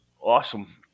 Awesome